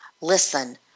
listen